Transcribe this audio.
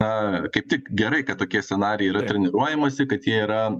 a kaip tik gerai kad tokie scenarijai yra treniruojamasi kad jie yra